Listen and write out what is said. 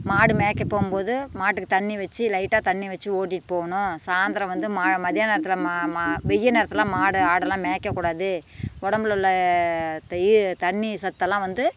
மாடு மேய்க்க போகும்போது மாட்டுக்கு தண்ணி வெச்சு லைட்டாக தண்ணி வெச்சு ஓட்டிகிட்டு போகணும் சாயந்தரம் வந்து மா மத்தியான நேரத்தில் மா மா வெய்யல் நேரத்திலாம் மாடு ஆடுலாம் மேய்க்கக்கூடாது உடம்புல உள்ள தியி தண்ணி சத்தெல்லாம் வந்து